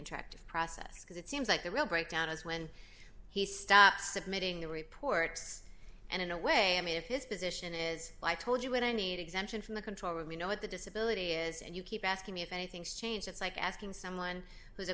interactive process because it seems like the real breakdown is when he stops submitting the reports and in a way i mean if his position is i told you what i need exemption from the control room you know at the disability is and you keep asking me if anything's changed it's like asking someone who's